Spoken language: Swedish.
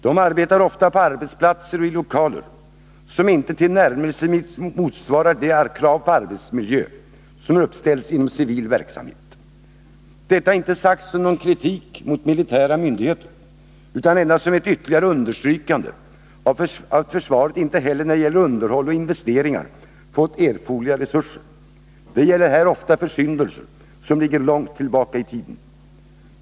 De arbetar ofta på arbetsplatser och i lokaler som inte tillnärmelsevis motsvarar de krav på arbetsmiljö som uppställs inom civil verksamhet — detta inte sagt som någon kritik mot militära myndigheter utan endast som ett ytterligare understrykande av att försvaret inte heller när det gäller underhåll och investeringar fått erforderliga resurser. Det gäller här ofta försyndelser som ligger långt tillbaka i tiden.